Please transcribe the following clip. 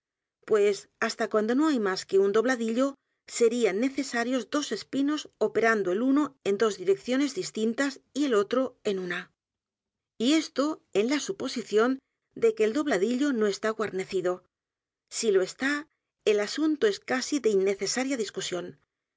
s hasta cuando no hay más que un dobladillo serían necesarios dos espinos operando el uno e n dos direcciones distintas y el otro en una y esto en la suposición de que el dobladillo no está guarnecido si lo está el asunto es casi de innecesaria discusión